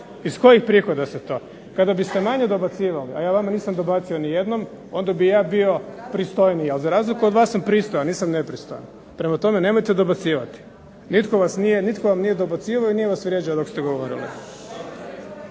iz kojih prihoda se to? Kada biste manje dobacivali, a ja vama nisam dobacio nijednom, onda bih ja bio pristojniji, ali za razliku od vas sam pristojan, nisam nepristojan. Prema tome, nemojte dobacivati. Nitko vam nije dobacivao i nije vas vrijeđao dok ste govorili.